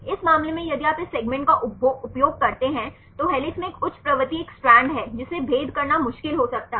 इस मामले में यदि आप इस सेगमेंट का उपयोग करते हैं तो हेलिक्स में एक उच्च प्रवृत्ति एक स्ट्रैंड है जिसे भेद करना मुश्किल हो सकता है